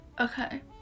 Okay